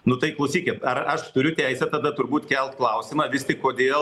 nu tai klausykit ar aš turiu teisę tada turbūt kelt klausimą vis tik kodėl